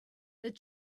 that